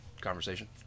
conversation